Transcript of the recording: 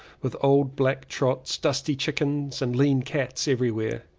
with old black trots, dusty chickens and lean cats everywhere.